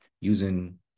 using